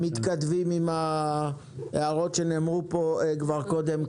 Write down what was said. -- שמתכתבים עם ההערות שנאמרו פה כבר קודם.